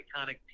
iconic